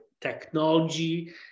Technology